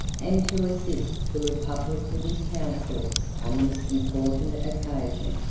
and to assist the republic with his counsels on this important occasion.